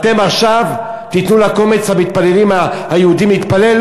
אתם עכשיו תיתנו לקומץ המתפללים היהודים להתפלל?